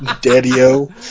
daddy-o